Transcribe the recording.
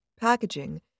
packaging